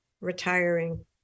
retiring